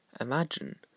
Imagine